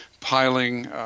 piling